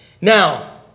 Now